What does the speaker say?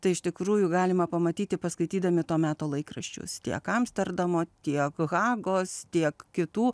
tai iš tikrųjų galima pamatyti paskaitydami to meto laikraščius tiek amsterdamo tiek hagos tiek kitų